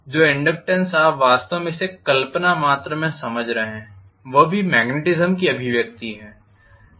जो इनडक्टेन्स आप वास्तव में इसे काल्पनिक मात्रा में समझ रहे हैं वह भी मेग्नेटिस्म की अभिव्यक्ति है